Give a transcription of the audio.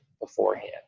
beforehand